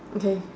okay